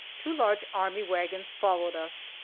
two large army wagons followed us,